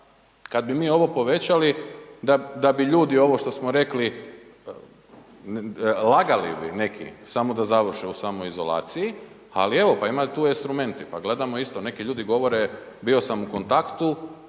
kad bi ono povećali da bi ljudi ovo što smo rekli, lagali bi neki samo da završe u samoizolaciji, ali evo pa ima tu instrumenti. Pa gledamo isto, neki ljudi govore bio sam u kontaktu,